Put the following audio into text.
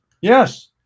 Yes